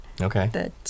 Okay